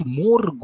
more